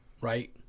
right